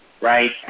right